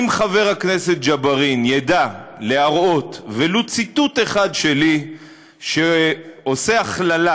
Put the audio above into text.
אם חבר הכנסת ג'בארין ידע להראות ולו ציטוט אחד שלי שעושה הכללה